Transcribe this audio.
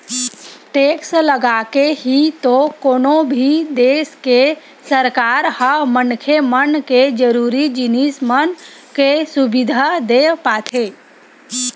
tax लगाके ही तो कोनो भी देस के सरकार ह मनखे मन के जरुरी जिनिस मन के सुबिधा देय पाथे